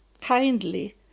kindly